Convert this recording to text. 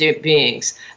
beings